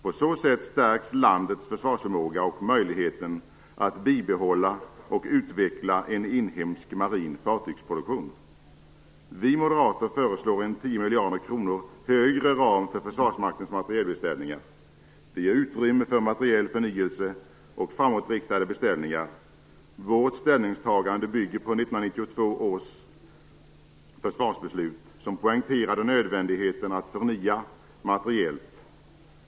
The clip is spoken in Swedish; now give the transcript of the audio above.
På så sätt stärks landets försvarsförmåga och möjligheten att bibehålla och utveckla en inhemsk marin fartygsproduktion. Vi moderater föreslår en 10 miljarder kronor högre ram för Försvarsmaktens materielbeställningar. Det ger utrymme för materiell förnyelse och framåtriktade beställningar. Vårt ställningstagande bygger på 1992 års försvarsbeslut som poängterade nödvändigheten att förnya materiellt.